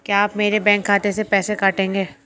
क्या आप मेरे बैंक खाते से पैसे काटेंगे?